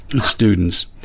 students